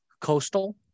coastal